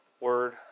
word